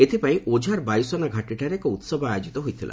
ଏଥିପାଇଁ ଓଝାର ବାୟୁସେନା ଘାଟୀଠାରେ ଏକ ଉତ୍ସବ ଆୟୋଜିତ ହୋଇଥିଲା